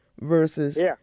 versus